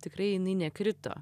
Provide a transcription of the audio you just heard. tikrai jinai nekrito